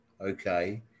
Okay